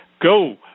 go